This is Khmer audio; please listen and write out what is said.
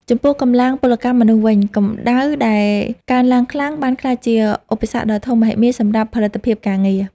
ចំពោះកម្លាំងពលកម្មមនុស្សវិញ កម្ដៅដែលកើនឡើងខ្លាំងបានក្លាយជាឧបសគ្គដ៏ធំមហិមាសម្រាប់ផលិតភាពការងារ។